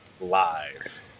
live